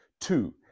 Two